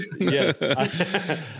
Yes